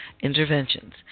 Interventions